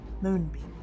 Moonbeam